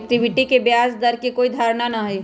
equity के ब्याज दर के कोई निर्धारण ना हई